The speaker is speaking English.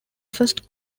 first